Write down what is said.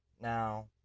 Now